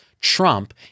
Trump